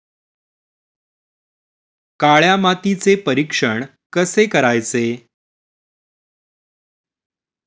काळ्या मातीचे परीक्षण कसे करायचे?